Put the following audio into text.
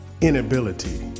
inability